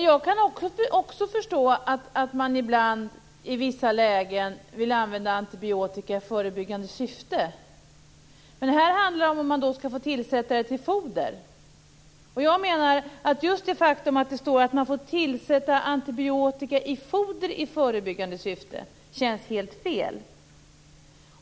Herr talman! Jag kan förstå att man i vissa lägen vill använda antibiotika i förebyggande syfte. Men här handlar det om ifall man skall få tillsätta antibiotika i foder. Just det faktum att det står att man får tillsätta antibiotika i foder i förebyggande syfte känns helt fel.